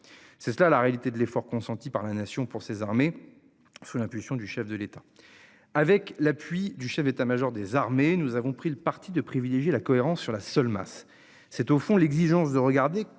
C'est cela la réalité de l'effort consenti par la nation, pour ses armées. Sous l'impulsion du chef de l'État. Avec l'appui du chef d'État-Major des armées. Nous avons pris le parti de privilégier la cohérence sur la seule masse. C'est au fond l'exigence de regarder